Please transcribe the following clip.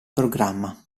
programma